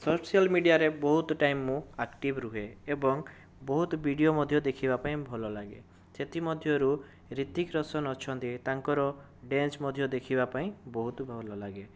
social ମିଡ଼ିଆରେ ବହୁତ time ମୁଁ ଆକ୍ଟିଭ ରୁହେ ଏବଂ ବହୁତ ଭିଡ଼ିଓ ମଧ୍ୟ ଦେଖିବାପାଇଁ ଭଲଲାଗେ ସେଥିମଧ୍ୟରୁ ରୀତିକରୋସନ ଅଛନ୍ତି ତାଙ୍କର ଡ୍ୟାନ୍ସ ମଧ୍ୟ ଦେଖିବାପାଇଁ ବହୁତ ଭଲଲାଗେ